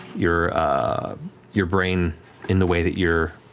your your brain in the way that you're